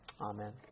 Amen